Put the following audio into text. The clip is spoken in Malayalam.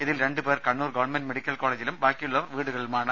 ഇതിൽ രണ്ട് പേർ കണ്ണൂർ ഗവ മെഡിക്കൽ കോളേജിലും ബാക്കിയുള്ളവർ വീടുകളിലുമാണ്